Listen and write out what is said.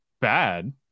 bad